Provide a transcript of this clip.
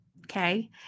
okay